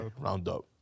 roundup